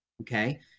okay